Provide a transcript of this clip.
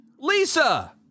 Lisa